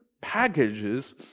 packages